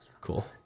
Cool